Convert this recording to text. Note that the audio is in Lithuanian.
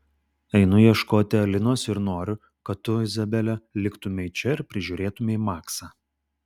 einu ieškoti alinos ir noriu kad tu izabele liktumei čia ir prižiūrėtumei maksą